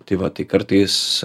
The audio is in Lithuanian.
tai va tai kartais